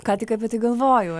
ką tik apie tai galvojau